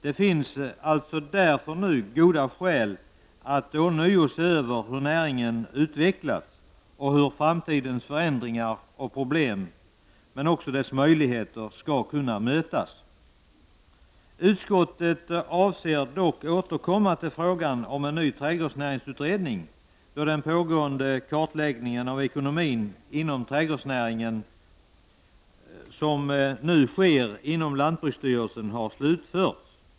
Det finns alltså nu goda skäl att se över hur näringen utvecklats och också hur framtidens förändringar och problem samt dess möjligheter skall kunna mötas. Utskottet avser dock återkomma till frågan om en ny trädgårdsnäringsutredning då den pågående kartläggningen av ekonomin inom trädgårdsnäringen, som nu sker inom lantbruksstyrelsen, har slutförts.